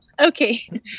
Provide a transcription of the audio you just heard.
okay